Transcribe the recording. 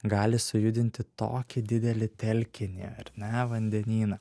gali sujudinti tokį didelį telkinį ar ne vandenyną